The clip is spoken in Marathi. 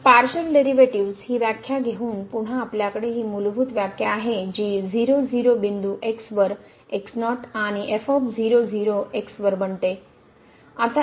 तर पारशीअल डेरिव्हेटिव्ह्ज ही व्याख्या घेऊन पुन्हा आपल्याकडे ही मूलभूत व्याख्या आहे जी 0 0 बिंदू x वर x0 आणि f 0 0 x वर बनते